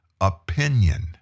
opinion